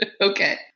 Okay